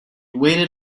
waited